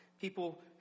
people